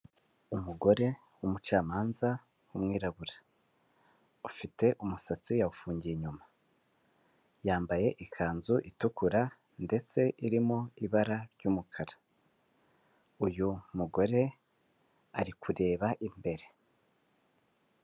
Umugore w'umucamanza w'umwirabura afite umusatsi yawufungiye inyuma, yambaye ikanzu itukura ndetse irimo ibara ry'umukara, uyu mugore ari kureba imbere.